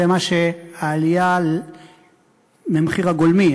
זו העלייה במחיר הגולמי,